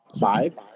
five